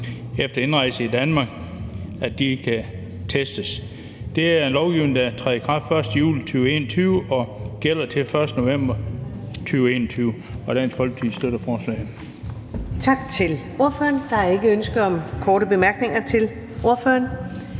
efter indrejse i Danmark kan testes. Det er en lovgivning, der træder i kraft den 1. juli 2021 og gælder til den 1. november 2021. Dansk Folkeparti støtter forslaget. Kl. 13:57 Første næstformand (Karen Ellemann): Tak til ordføreren.